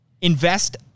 invest